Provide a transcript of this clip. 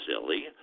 silly